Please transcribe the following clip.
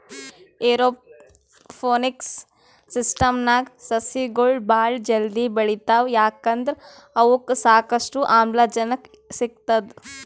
aeroponics ಸಿಸ್ಟಮ್ದಾಗ್ ಸಸಿಗೊಳ್ ಭಾಳ್ ಜಲ್ದಿ ಬೆಳಿತಾವ್ ಯಾಕಂದ್ರ್ ಅವಕ್ಕ್ ಸಾಕಷ್ಟು ಆಮ್ಲಜನಕ್ ಸಿಗ್ತದ್